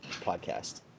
podcast